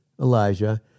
Elijah